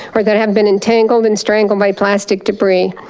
or they have been entangled and strangled by plastic debris.